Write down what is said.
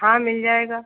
हाँ मिल जाएगा